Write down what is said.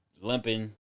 limping